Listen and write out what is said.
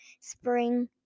Spring